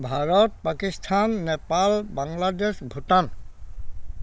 Bharat Pakistan Nepal Bangladesh Bhutan